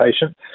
patient